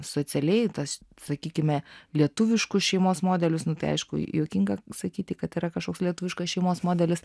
socialiai tas sakykime lietuviškus šeimos modelius nu tai aišku juokinga sakyti kad yra kažkoks lietuviškas šeimos modelis